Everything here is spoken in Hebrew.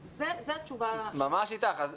אני ממש איתך.